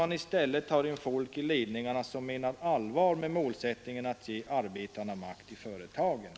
I stället bör i ledningarna tas in folk som menar allvar med målsättningarna att ge arbetarna makt i företagen.